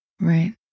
Right